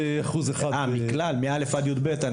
ואחוז אחד --- הנתונים הם מ-א' ועד י"ב?